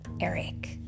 Eric